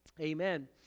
Amen